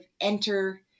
enter